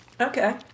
Okay